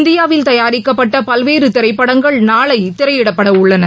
இந்தியாவில் தயாரிக்கப்பட்ட பல்வேறு திரைப்படங்கள் நாளை திரையிடப்பட உள்ளன